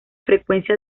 frecuencia